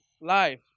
life